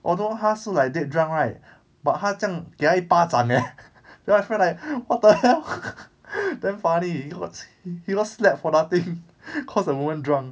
although 她是 like dead drunk right but 她这样给他一巴掌 eh then my friend like what the hell damn funny he got he got slapped for nothing cause the woman drunk